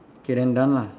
okay then done lah